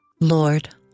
Lord